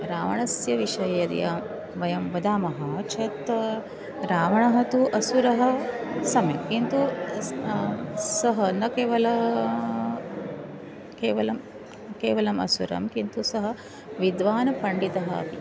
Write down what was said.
रावणस्य विषये यदि य वयं वदामः चेत् रावणः तु असुरः सम्यक् किन्तु सः न केवलं केवलं केवलम् असुरः किन्तु सः विद्वान् पंडितः अपि